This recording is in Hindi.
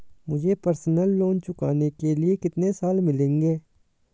मुझे पर्सनल लोंन चुकाने के लिए कितने साल मिलेंगे?